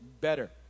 better